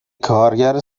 کارگر